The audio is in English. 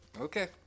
Okay